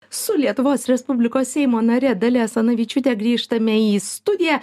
su lietuvos respublikos seimo nare dalia asanavičiūtė grįžtame į studiją